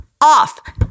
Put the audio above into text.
off